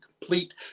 complete